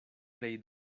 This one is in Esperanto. plej